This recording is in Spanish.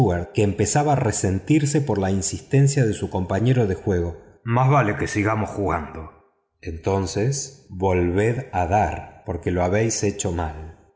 que empezaba a resentirse por la insistencia de su compañero de juego más vale que sigamos jugando entonces volved a dar porque lo habéis hecho mal